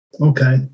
okay